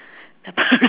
the per~